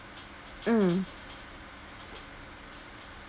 mm